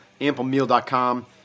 amplemeal.com